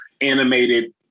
animated